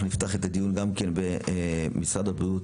אנחנו נפתח את הדיון במשרד הבריאות,